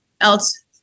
else